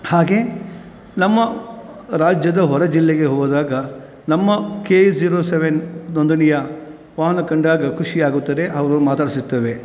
ಹಾಗೇ ನಮ್ಮ ರಾಜ್ಯದ ಹೊರ ಜಿಲ್ಲೆಗೆ ಹೋದಾಗ ನಮ್ಮ ಕೆ ಎ ಝೀರೋ ಸೆವೆನ್ ನೊಂದಣಿಯ ವಾಹನ ಕಂಡಾಗ ಖುಷಿಯಾಗುತ್ತದೆ ಅವ್ರನ್ನ ಮಾತಾಡಿಸುತ್ತೇವೆ